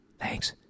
Thanks